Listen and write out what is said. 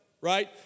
Right